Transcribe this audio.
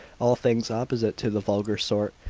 all things opposite to the vulgar sort,